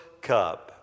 cup